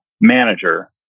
manager